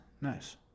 nice